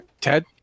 Ted